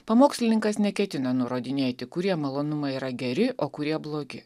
pamokslininkas neketino nurodinėti kurie malonumai yra geri o kurie blogi